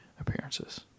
appearances